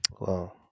Wow